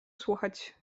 słuchać